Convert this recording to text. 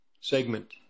segment